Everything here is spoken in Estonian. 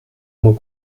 oma